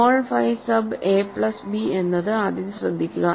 small phi sub A plus B എന്ന് ആദ്യം ശ്രദ്ധിക്കുക